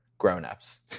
grown-ups